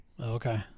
Okay